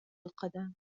القدم